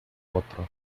otro